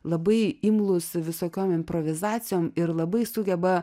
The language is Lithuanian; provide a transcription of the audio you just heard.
labai imlūs visokiom improvizacijom ir labai sugeba